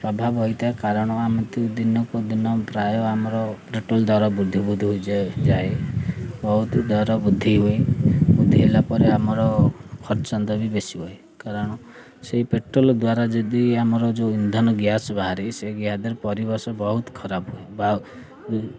ପ୍ରଭାବ ହୋଇଥାଏ କାରଣ ଏମିତି ଦିନକୁ ଦିନ ପ୍ରାୟ ଆମର ପେଟ୍ରୋଲ ଦର ବୃଦ୍ଧି ବୁଦ୍ଧି ହୋଇଯାଇ ଯାଏ ବହୁତ ଦର ବୁଦ୍ଧି ହୁଏ ବୁଦ୍ଧି ହେଲା ପରେ ଆମର ଖର୍ଚ୍ଚ ବି ବେଶୀ ହୁଏ କାରଣ ସେଇ ପେଟ୍ରୋଲ ଦ୍ୱାରା ଯଦି ଆମର ଯେଉଁ ଇନ୍ଧନ ଗ୍ୟାସ୍ ବାହାରି ସେ ଗ୍ୟାସ୍ରେ ପରିବେଶ ବହୁତ ଖରାପ ହୁଏ ବା